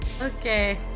Okay